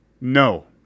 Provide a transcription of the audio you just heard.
No